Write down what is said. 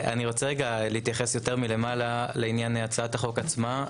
אני רוצה רגע להתייחס יותר מלמעלה לעניין הצעת החוק עצמה.